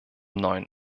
neuen